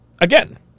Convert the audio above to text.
again